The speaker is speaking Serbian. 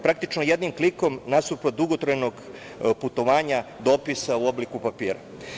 Praktično jednim klikom nasuprot dugotrajnog putovanja dopisa u obliku papira.